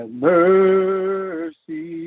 mercy